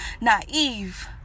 Naive